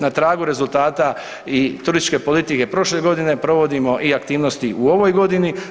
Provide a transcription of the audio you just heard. Na tragu rezultata i turističke političke prošle godine provodimo i aktivnosti u ovoj godini.